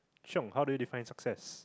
Cheong how do you define success